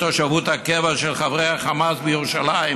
תושבות הקבע של חברי החמאס בירושלים,